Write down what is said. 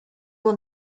will